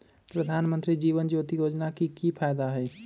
प्रधानमंत्री जीवन ज्योति योजना के की फायदा हई?